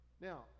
Now